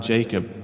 Jacob